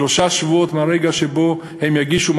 "שלושה שבועות מהרגע שהם יגישו,